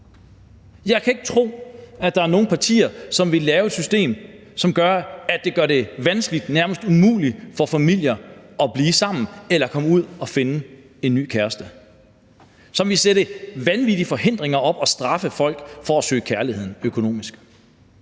Jeg kan ikke tro, at der er nogen partier, som ville lave et system, som gør det vanskeligt, nærmest umuligt for familier at blive sammen eller at komme ud og finde en ny kæreste – som ville sætte vanvittige forhindringer op økonomisk og straffe folk for at søge kærligheden.